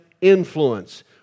influence